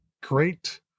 great